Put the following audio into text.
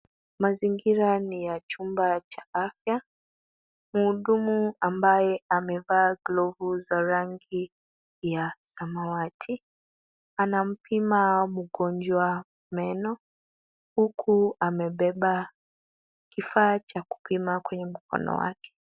Mazingira ni ya chumba cha afya. Muhudumu ambaye amevaa glove za rangi ya samawati, anampima mgonjwa meno, huku amebeba kifaa cha kupima kwenye mkono wake.